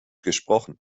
gesprochen